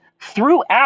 throughout